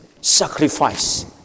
sacrifice